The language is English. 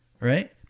right